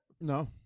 No